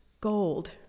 gold